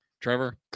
Trevor